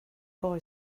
boy